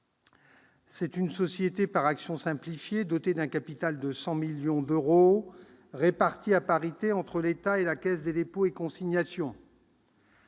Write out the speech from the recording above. d'une société par actions simplifiées, dotée d'un capital de 100 millions d'euros, réparti à parité entre l'État et la Caisse des dépôts et consignations.